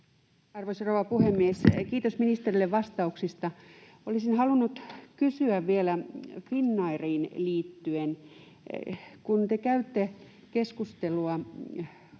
Arvoisa rouva puhemies! Kiitos ministerille vastauksista. Olisin halunnut kysyä vielä Finnairiin liittyen: kun te käytte keskustelua